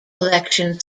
election